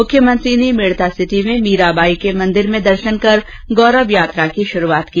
मुख्यमंत्री ने मेड़तासिटी में मीराबाई के मंदिर में दर्शन कर गौरव यात्रा की शुरूआत की